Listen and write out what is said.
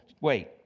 Wait